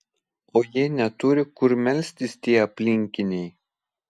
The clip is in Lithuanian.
o jie neturi kur melstis tie aplinkiniai